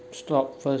stop first